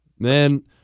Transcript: Man